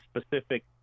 specific